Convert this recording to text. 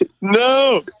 No